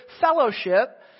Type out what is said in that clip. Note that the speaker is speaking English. fellowship